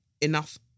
enough